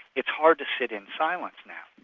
it's hard to sit in silence now.